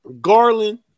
Garland